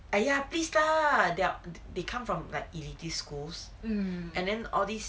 !aiya! please lah they come from like elitist schools and then all these